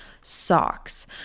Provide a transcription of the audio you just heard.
socks